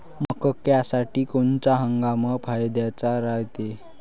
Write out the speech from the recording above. मक्क्यासाठी कोनचा हंगाम फायद्याचा रायते?